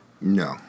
No